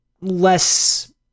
less